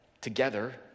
together